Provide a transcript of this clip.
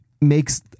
makes